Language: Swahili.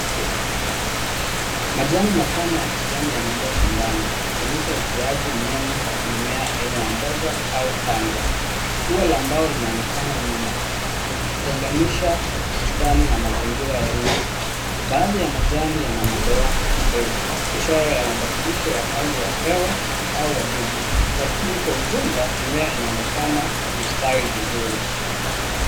Majani mapana ya kijani yamejaa shambani yakionyesha ukuaji mnene wa aina ya mboga au tango ua la mbao linaonekana nyuma likitengenisha bustani na mazingira ya nje. Baadhi ya majani yana madoa madogo ishara ya mabadiliko ya hali ya hewa au wadudu lakini kwa ujumla mmea unaonekana ume stawi vizuri.